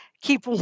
keep